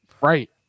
Right